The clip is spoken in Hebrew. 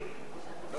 לא,